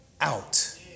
out